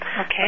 Okay